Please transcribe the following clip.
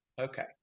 Okay